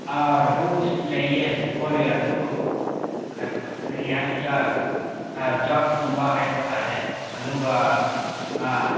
ꯑꯥ rules ꯂꯩꯌꯦ ꯍꯣꯏ ꯑꯗꯨ ꯀꯔꯤ ꯍꯥꯏꯁꯤꯔꯥ ꯑꯥ ꯗ꯭ꯔꯛꯁ ꯀꯨꯝꯕ ꯍꯥꯏꯕ ꯇꯥꯔꯦ ꯑꯗꯨꯒ ꯑꯥ